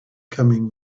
coming